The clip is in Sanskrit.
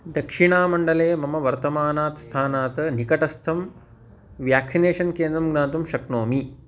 दक्षिणमण्डले मम वर्तमानात् स्थानात् निकटस्थं व्याक्सिनेषन् केन्द्रं ज्ञातुं शक्नोमि